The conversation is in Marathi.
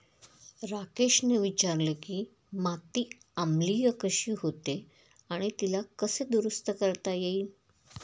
राकेशने विचारले की माती आम्लीय कशी होते आणि तिला कसे दुरुस्त करता येईल?